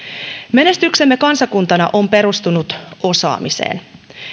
menestyksemme kansakuntana on perustunut osaamiseen